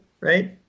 right